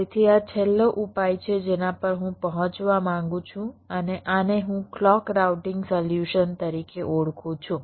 તેથી આ છેલ્લો ઉપાય છે જેના પર હું પહોંચવા માંગુ છું અને આને હું ક્લૉક રાઉટીંગ સોલ્યુશન તરીકે ઓળખું છું